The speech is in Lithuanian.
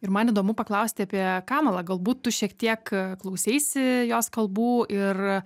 ir man įdomu paklausti apie kamalą galbūt tu šiek tiek klauseisi jos kalbų ir